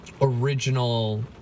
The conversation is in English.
original